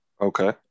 okay